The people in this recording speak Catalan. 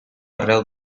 arreu